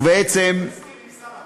הוא הסכים עם שר הפנים?